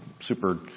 super